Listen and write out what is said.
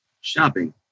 shopping